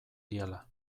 diela